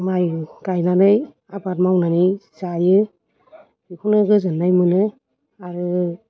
माइ गायनानै आबाद मावनानै जायो बेखौनो गोजोन्नाय मोनो आरो